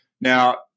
Now